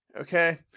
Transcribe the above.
okay